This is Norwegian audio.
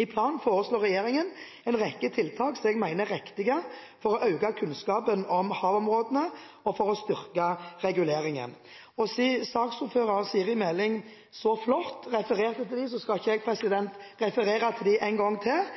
I planen foreslår regjeringen en rekke tiltak som jeg mener er riktige for å øke kunnskapen om havområdene, og for å styrke reguleringen. Siden saksordføreren, Siri A. Meling, så flott refererte til dem, skal ikke jeg referere til dem en gang til.